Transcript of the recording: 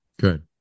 Good